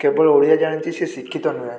କେବଳ ଓଡ଼ିଆ ଜାଣିଛି ସେ ଶିକ୍ଷିତ ନୁହଁ